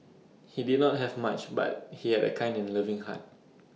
he did not have much but he had A kind and loving heart